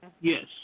Yes